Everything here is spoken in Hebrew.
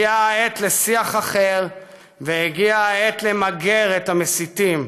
הגיעה העת לשיח אחר והגיעה העת למגר את המסיתים,